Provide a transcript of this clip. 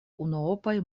unuopaj